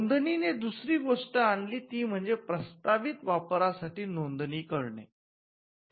नोंदणीने दुसरी गोष्ट आणली ती म्हणजे प्रस्तावित वापरासाठी नोंदणी करणे